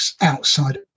outside